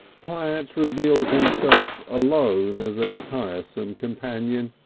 platt revealed himself alone as a tiresome companion,